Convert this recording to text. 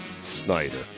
Snyder